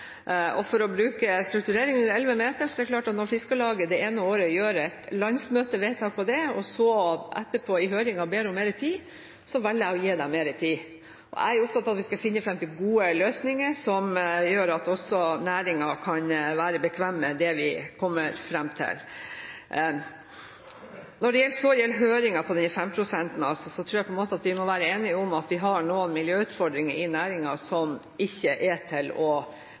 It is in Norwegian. For å bruke strukturering av kystflåten under 11 meter som eksempel er det klart at når Fiskarlaget det ene året gjør et landsmøtevedtak om dette, og så etterpå i høringen ber om mer tid, velger jeg å gi dem mer tid. Jeg er opptatt av at vi skal finne fram til gode løsninger som gjør at også næringen kan være bekvem med det vi kommer fram til. Når det så gjelder høringen om denne femprosenten, tror jeg at vi må være enige om at vi har noen miljøutfordringer i næringen som ikke er til å